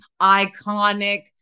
iconic